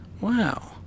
Wow